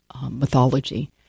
mythology